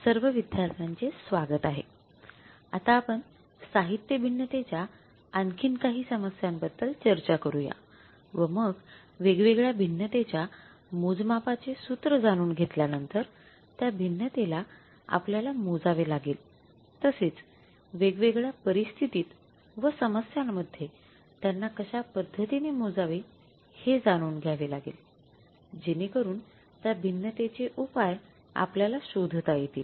सर्व विद्यार्थ्यांचे स्वागत आहे आता आपण साहित्य भिन्नतेच्या आणखीन काही समस्यांबद्दल चर्चा करूयाव मग वेगवेगळया भिन्नतेच्या मोजमापाचे सूत्र जाणून घेतल्यानंतर त्या भिन्नतेला आपल्याला मोजावे लागेल तसेच वेगवेगळ्या परिस्थितीत व समस्यांमध्ये त्यांना कश्या पद्धतीने मोजावे हे जाणून घ्यावे लागेल जेणेकरून त्या भिन्नतेचे उपाय आपल्याला शोधता येतील